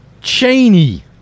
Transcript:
Cheney